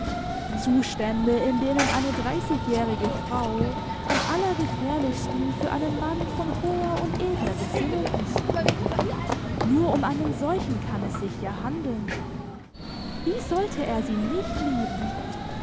zustände in denen eine dreißigjährige frau am allergefährlichsten für einen mann von hoher und edler gesinnung ist nur um einen solchen kann es sich ja handeln wie sollte er sie nicht lieben